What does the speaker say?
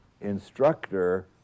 instructor